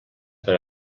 per